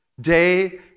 Day